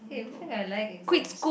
eh in fact I like exams